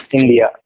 India